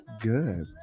good